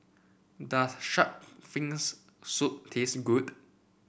does shark fins soup taste good